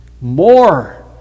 more